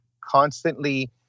constantly